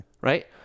Right